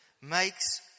makes